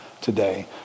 today